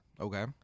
Okay